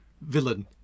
villain